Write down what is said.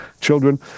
children